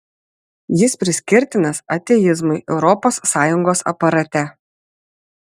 jis priskirtinas ateizmui europos sąjungos aparate